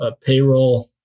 payroll